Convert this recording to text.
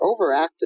overactive